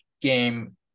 game